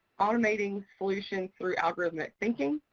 automating solutions through algorithmic thinking,